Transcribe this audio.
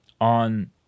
on